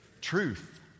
truth